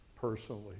personally